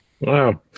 Wow